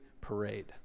parade